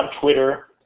Twitter